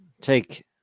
take